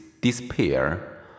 despair